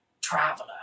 Traveler